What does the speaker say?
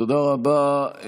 תודה רבה.